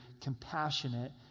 compassionate